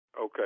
Okay